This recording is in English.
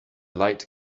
light